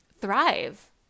thrive